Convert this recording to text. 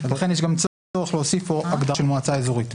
לכן יש גם צורך להוסיף פה הגדרה של מועצה אזורית.